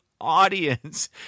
audience